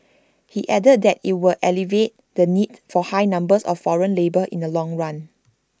he added that IT will alleviate the need for high numbers of foreign labour in the long run